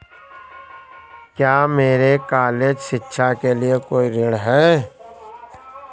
क्या मेरे कॉलेज शिक्षा के लिए कोई ऋण है?